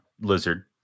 lizard